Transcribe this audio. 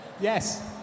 Yes